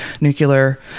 nuclear